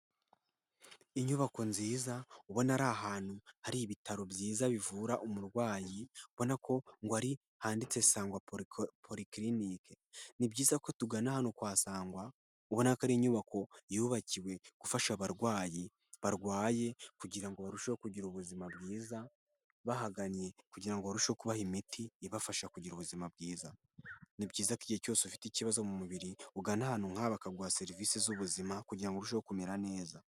Inyubako nziza ubona ari ahantu hari ibitaro byiza bivura umurwayi mbona ko ngo ari handitse ''Sangwa polyclnic''. Ni byiza ko tugana hano kwa Sangwa, ubona ko ari inyubako yubakiwe gufasha abarwayi barwaye kugira ngo barusheho kugira ubuzima bwiza, bahagannye kugira ngo barushe kubaha imiti ibafasha kugira ubuzima bwiza. Ni byiza ko igihe cyose ufite ikibazo mu mubiri, ugana ahantu nk'aha bakaguha serivisi z'ubuzima kugira ngo urusheho kumera neza.